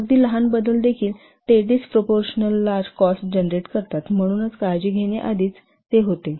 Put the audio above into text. तर अगदी लहान बदलदेखील ते डिस्प्रोपोरशनल लार्ज कॉस्ट जनरेट करतात म्हणूनच काळजी घेण्याआधीच ते होते